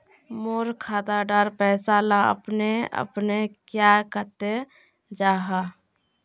मोर खाता डार पैसा ला अपने अपने क्याँ कते जहा?